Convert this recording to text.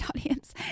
audience